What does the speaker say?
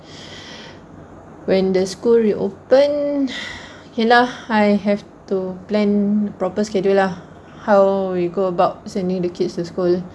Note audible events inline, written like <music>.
<breath> when the school reopen <breath> ya lah I have to plan proper schedule lah how we go about sending the kids to school